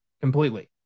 completely